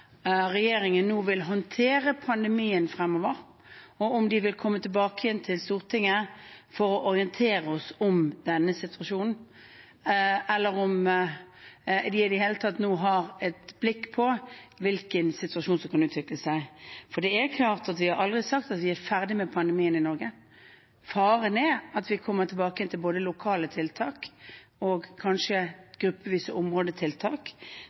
de vil komme tilbake igjen til Stortinget for å orientere oss om denne situasjonen, om de nå i det hele tatt har et blikk på hvilken situasjon som kan utvikle seg. Vi har aldri sagt at vi er ferdig med pandemien i Norge. Faren er at vi kommer tilbake til både lokale tiltak og kanskje gruppevise områdetiltak.